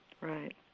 right